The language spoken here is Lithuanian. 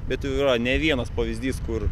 bet jau yra ne vienas pavyzdys kur